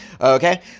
Okay